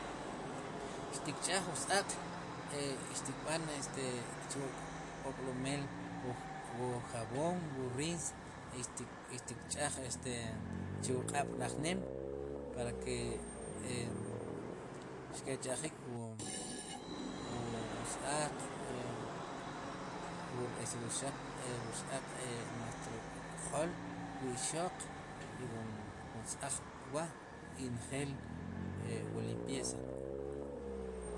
Xtik ch'aj wu s-aaq e xtikb'an te chu k'ob'lomeel chu wu jabon wu rins i xtik xtikch'aj e chu wu q'ab'lajneem para ke e xke'ch'ajik wu wus-aaq e wur xraq wuq k'jol wu ixoq i wun s-aaq wa' i njel wu limpeza.